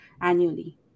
annually